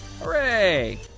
Hooray